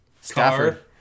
Stafford